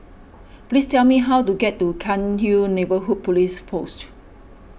please tell me how to get to Cairnhill Neighbourhood Police Post